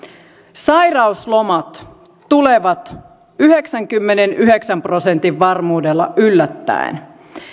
sairauslomat tulevat yhdeksänkymmenenyhdeksän prosentin varmuudella yllättäen